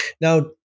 Now